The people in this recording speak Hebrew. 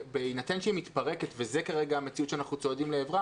בהינתן שהיא מתפרקת וזו כרגע המציאות שאנחנו צועדים לעברה